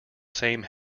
same